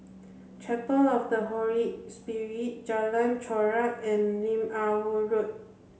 Chapel of the Holy Spirit Jalan Chorak and Lim Ah Woo Road